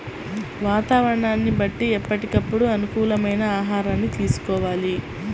వాతావరణాన్ని బట్టి ఎప్పటికప్పుడు అనుకూలమైన ఆహారాన్ని తీసుకోవాలి